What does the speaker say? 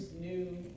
new